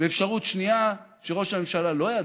ואפשרות שנייה, שראש הממשלה לא ידע,